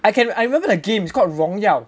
I can I remember that game is called 荣耀